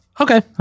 Okay